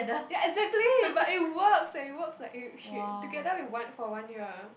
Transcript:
ya exactly but it works it works like he she together with for one year